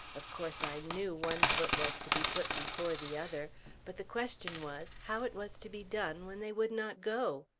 of course, i knew one foot was to be put before the other but the question was how it was to be done when they would not go?